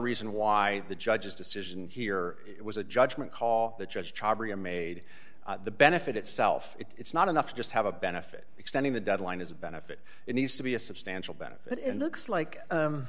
reason why the judge's decision here it was a judgement call the judge made the benefit itself it's not enough to just have a benefit extending the deadline is a benefit it needs to be a substantial benefit in looks like